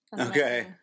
Okay